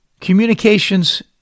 Communications